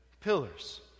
pillars